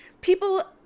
people